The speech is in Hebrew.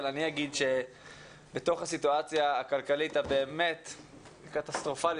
אבל אני אגיד שבתוך הסיטואציה הכלכלית הבאמת קטסטרופלית,